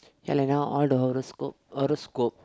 ya like now all the horoscope horoscope